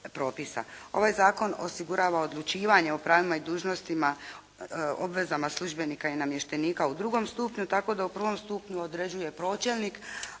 Ovaj zakon osigurava odlučivanje o pravima i dužnostima, obvezama službenika i namještenika u drugom stupnju tako da u prvom stupnju određuje pročelnik,